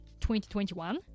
2021